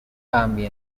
army